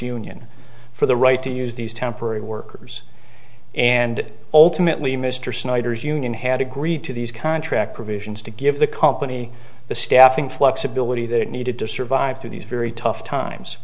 union for the right to use these temporary workers and ultimately mr snyder's union had agreed to these contract provisions to give the company the staffing flexibility they needed to survive through these very tough times